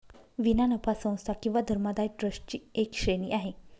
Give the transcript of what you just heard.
विना नफा संस्था किंवा धर्मदाय ट्रस्ट ची एक श्रेणी आहे